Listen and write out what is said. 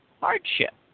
hardship